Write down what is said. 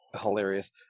hilarious